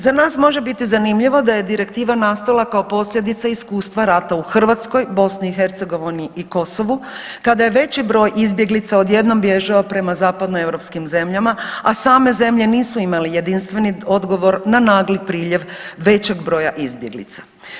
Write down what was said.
Za nas može biti zanimljivo da je direktiva nastala kao posljedica iskustva rata u Hrvatskoj, BIH i Kosovu kada je veći broj izbjeglica odjednom bježao prema zapadnoeuropskim zemljama, a same zemlje nisu imale jedinstveni odgovor na nagli priljev većeg broja izbjeglica.